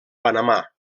panamà